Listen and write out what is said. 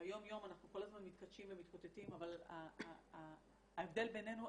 ביום יום אנחנו כל הזמן מתכתשים ומתקוטטים אבל ההבדל בינינו,